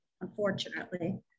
Unfortunately